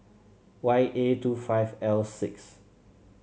Y A two five L six